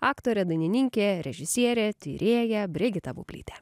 aktorė dainininkė režisierė tyrėja brigita bublytė